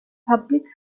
public